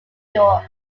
york